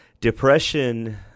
Depression